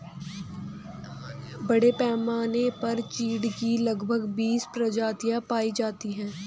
बड़े पैमाने पर चीढ की लगभग बीस प्रजातियां पाई जाती है